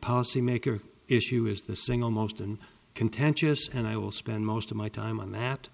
policymaker issue is the single most and contentious and i will spend most of my time on that